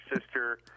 sister